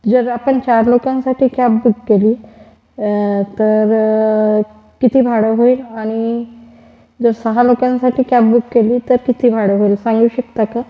जर आपण चार लोकांसाठी कॅब बुक केली तर किती भाडं होईल आणि जर सहा लोकांसाठी कॅब बुक केली तर किती भाडं होईल सांगू शकता का